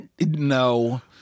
no